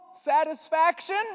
satisfaction